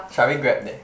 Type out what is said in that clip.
shall we Grab there